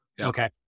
okay